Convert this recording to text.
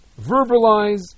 Verbalize